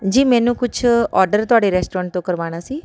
ਜੀ ਮੈਨੂੰ ਕੁਛ ਔਡਰ ਤੁਹਾਡੇ ਰੈਸਟੋਰੈਂਟ ਤੋਂ ਕਰਵਾਉਣਾ ਸੀ